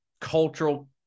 cultural